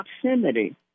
proximity